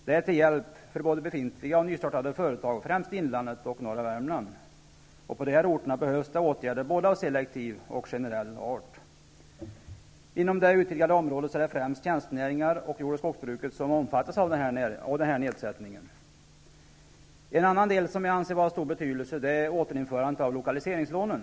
Det är till hjälp för både befintliga och nystartade företag, främst för inlandet och norra Värmland. På dessa orter behövs det åtgärder av både selektiv och generell art. Inom det utvidgade området är det främst tjänstenäringen och jord och skogsbruket som omfattas av den här nedsättningen. En annan del som jag anser vara av stor betydelse är återinförandet av lokaliseringslånen.